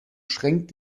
schränkt